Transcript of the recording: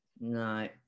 No